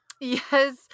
Yes